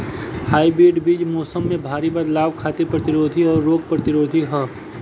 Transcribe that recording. hybrid बीज मौसम में भारी बदलाव खातिर प्रतिरोधी आउर रोग प्रतिरोधी ह